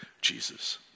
Jesus